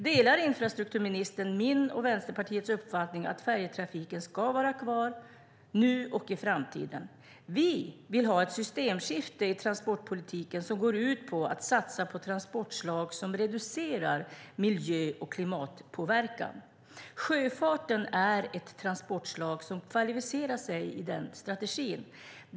Delar infrastrukturministern min och Vänsterpartiets uppfattning att färjetrafiken ska vara kvar nu och i framtiden? Vi vill ha ett systemskifte i transportpolitiken som går ut på att satsa på transportslag som reducerar miljö och klimatpåverkan. Sjöfarten är ett transportslag som kvalificerar sig i den strategin.